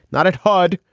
not at hud.